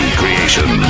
creation